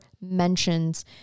mentions